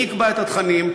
מי יקבע את התכנים?